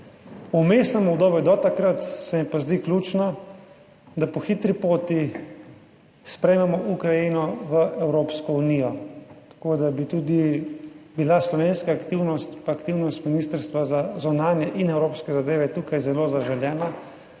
V vmesnem obdobju, do takrat se mi pa zdi ključno, da po hitri poti sprejmemo Ukrajino v Evropsko unijo, tako da bi tudi bila slovenska aktivnost, pa aktivnost Ministrstva za zunanje in evropske zadeve tukaj zelo zaželena,